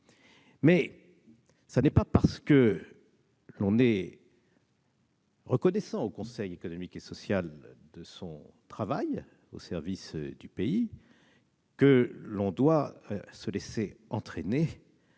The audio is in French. ce n'est pas parce que l'on est reconnaissant au Conseil économique, social et environnemental de son travail au service du pays que l'on doit se laisser entraîner